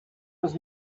was